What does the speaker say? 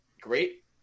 Great